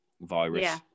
virus